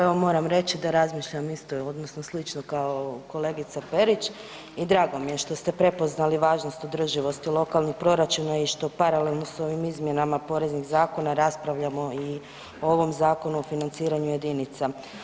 Evo moram reći da razmišljam isto, odnosno slično kao kolegica Perić i drago mi je što ste prepoznali važnost održivost lokalnih proračuna što paralelno s ovim izmjenama poreznih zakona raspravljamo i o ovom zakonu o financiraju jedinica.